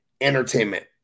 entertainment